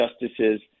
justices